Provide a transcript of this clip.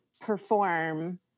perform